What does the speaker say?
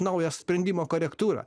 naujo sprendimo korektūra